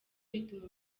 rituma